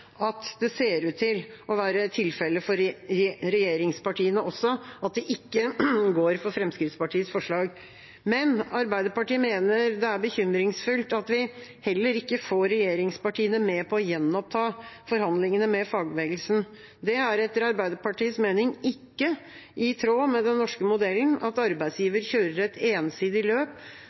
at det ser ut til å være tilfellet for regjeringspartiene også – at de ikke går for Fremskrittspartiets forslag. Men Arbeiderpartiet mener det er bekymringsfullt at vi heller ikke får regjeringspartiene med på å gjenoppta forhandlingene med fagbevegelsen. Det er etter Arbeiderpartiets mening ikke i tråd med den norske modellen at arbeidsgiver kjører et ensidig løp